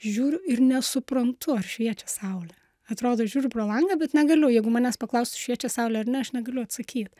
žiūriu ir nesuprantu ar šviečia saulė atrodo žiūriu pro langą bet negaliu jeigu manęs paklaustų šviečia saulė ar ne aš negaliu atsakyt